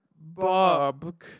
Bob